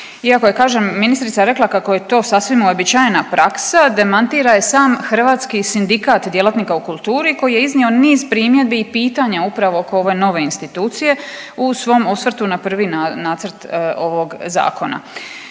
Iako je kažem ministrica rekla kako je to sasvim uobičajena praksa demantira je sam Hrvatski sindikat djelatnika u kulturi koji je iznio niz primjedbi i pitanja upravo oko ove nove institucije u svom osvrtu na prvi nacrt ovog zakona.